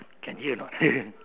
can hear anot